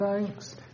thanks